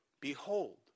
behold